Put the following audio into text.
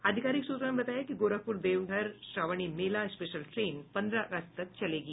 आधिकारिक सूत्रों ने बताया कि गोरखपुर देवघर श्रावणी मेला स्पेशल ट्रेन पंद्रह अगस्त तक चलेगी